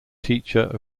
teacher